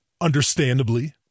understandably